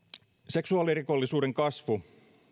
seksuaalirikollisuuden kasvu